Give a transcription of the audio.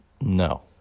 No